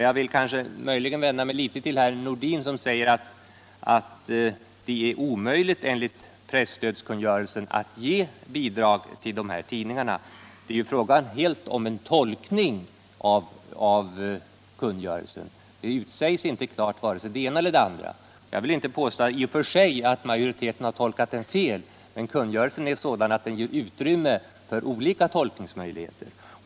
Jag vill vända mig till herr Nordin, som säger att det är omöjligt enligt presstödskungörelsen att ge bidrag till de här tidningarna. Det är helt fråga om en tolkning av kungörelsen. Varken det ena eller det andra utsägs klart. Jag vill inte påstå i och för sig att majoriteten har tolkat kungörelsen fel, men den är sådan att den ger utrymme för olika tolkningsmöjligheter.